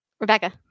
Rebecca